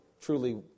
truly